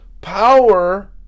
power